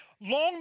Long